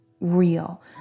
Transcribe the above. real